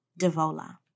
DeVola